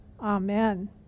amen